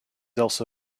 also